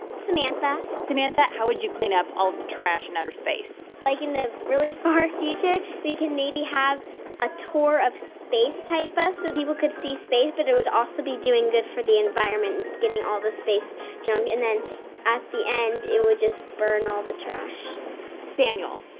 samantha samantha, how would you clean up all of the trash in outer space? like, in the really far future, we could maybe have a tour-of-space-type bus so people could see space, but it would also be doing good for the environment and getting all the space junk. and then at the end, it would just burn all the trash samuel,